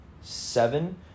seven